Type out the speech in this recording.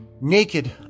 Naked